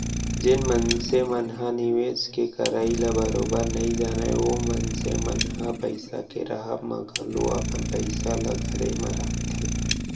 जेन मनसे मन ह निवेस के करई ल बरोबर नइ जानय ओ मनसे मन ह पइसा के राहब म घलौ अपन पइसा ल घरे म राखथे